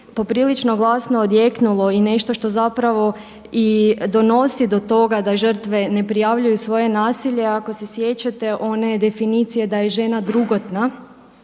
poprilično glasno odjeknulo i nešto što zapravo i donosi do toga da žrtve ne prijavljuju sve nasilje, ako se sjećate one definicije da je žena drugotna